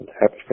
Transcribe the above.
Happy